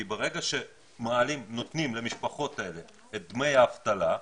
כי ברגע שנותנים למשפחות האלה את דמי האבטלה,